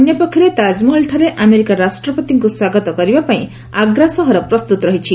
ଅନ୍ୟପକ୍ଷରେ ତାଜ୍ମହଲଠାରେ ଆମେରିକା ରାଷ୍ଟ୍ରପତିଙ୍କୁ ସ୍ୱାଗତ କରିବାପାଇଁ ଆଗ୍ରା ସହର ପ୍ରସ୍ତୁତ ରହିଛି